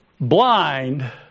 blind